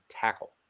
tackle